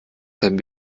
seinen